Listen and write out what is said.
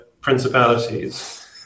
principalities